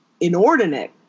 inordinate